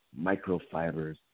microfibers